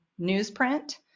newsprint